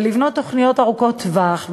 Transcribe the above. ולבנות תוכניות ארוכות טווח,